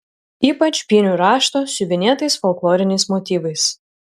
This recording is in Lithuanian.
ypač pynių rašto siuvinėtais folkloriniais motyvais